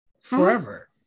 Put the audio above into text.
forever